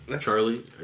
charlie